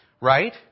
Right